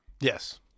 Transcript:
Yes